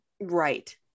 Right